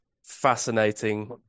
fascinating